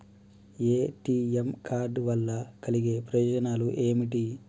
ATM card వల్ల కలిగే ప్రయోజనాలు ఏమిటి?